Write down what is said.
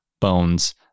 bones